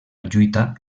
lluita